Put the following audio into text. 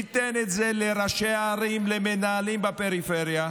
ניתן את זה לראשי הערים, למנהלים בפריפריה,